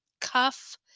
cuff